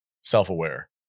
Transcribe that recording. Self-aware